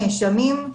נאשמים,